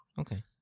Okay